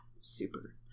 super